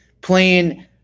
playing –